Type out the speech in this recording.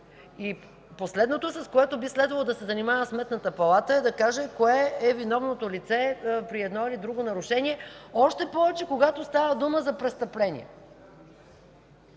и последното, с което би следвало да се занимава Сметната палата, е да каже кое е виновното лице при едно или друго нарушение, още повече, когато става дума за престъпление.